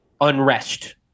unrest